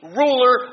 ruler